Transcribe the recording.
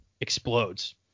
explodes